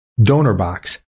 DonorBox